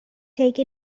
take